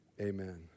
Amen